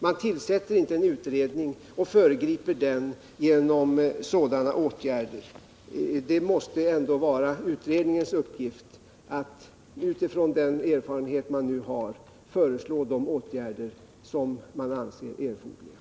Man tillsätter inte en utredning för att sedan föregripa den genom sådana här åtgärder. Det måste ändå vara utredningens uppgift att, utifrån den erfarenhet man nu har, föreslå de åtgärder som anses erforderliga.